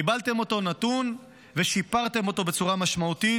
קיבלתם אותו נתון ושיפרתם אותו בצורה משמעותית,